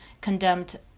condemned